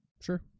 sure